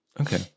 Okay